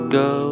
go